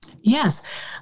Yes